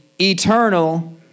eternal